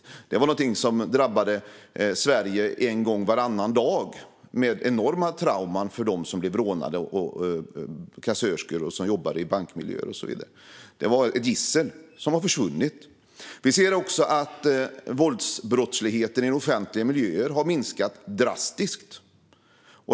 Detta var något som drabbade Sverige en gång varannan dag, med enorma trauman för dem som blev rånade - kassörskor och andra som jobbade i bankmiljöer. Det var ett gissel, som har försvunnit. Vi ser också att våldsbrottsligheten i offentliga miljöer har minskat drastiskt.